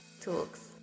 Talks